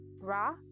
Ra